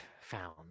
found